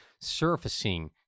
surfacing